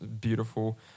beautiful